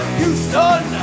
Houston